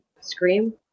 Scream